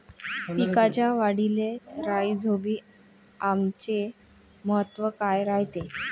पिकाच्या वाढीले राईझोबीआमचे महत्व काय रायते?